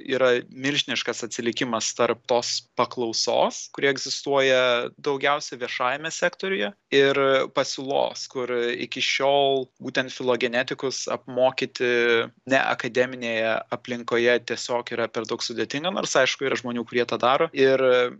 yra milžiniškas atsilikimas tarp tos paklausos kuri egzistuoja daugiausia viešajame sektoriuje ir pasiūlos kur iki šiol būtent filogenetikus apmokyti ne akademinėje aplinkoje tiesiog yra per daug sudėtinga nors aišku yra žmonių kurie tą daro ir